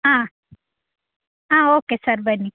ಹಾಂ ಹಾಂ okay sir ಬನ್ನಿ